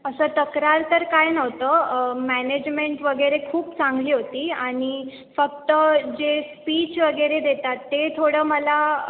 असं तक्रार तर काय नव्हतं मॅनेजमेंट वगैरे खूप चांगली होती आणि फक्त जे स्पीच वगैरे देतात ते थोडं मला